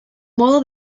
modo